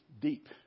deep